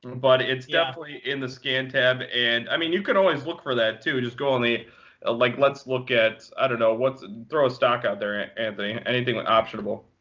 but it's definitely in the scan tab. and i mean you can always look for that, too. just go on the ah like let's look at i don't know, throw a stock out there, anthony. anything like optionable.